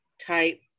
type